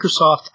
Microsoft